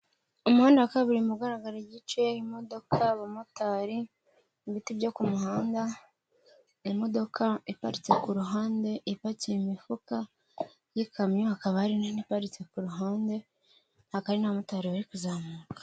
Umuhanda wa kaburimbo ugaragara igice, urimo abamotari, ibiti byo ku muhanda, imodoka iparitse ku ruhande ipakiye imifuka y'ikamyo, ikaba ari nini iparitse ku ruhande, hakaba hari n'amatari bari kuzamuka.